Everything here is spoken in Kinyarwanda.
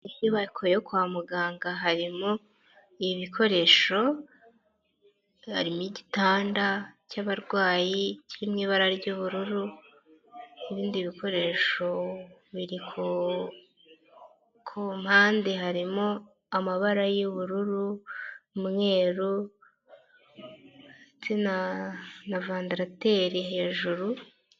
Inyubako yo kwa muganga harimo ibikoresho hari n'igitanda cy'abarwayi kiri mu ibara ry'ubururu n'ibindi bikoresho biri kumpande harimo amabara y'ubururu, umweru ndetse na vandarateri hejuru.